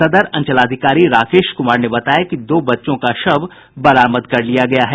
सदर अंचलाधिकारी राकेश कुमार ने बताया कि दो बच्चों का शव बरामद कर लिया गया है